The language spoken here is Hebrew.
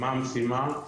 מה המשימה,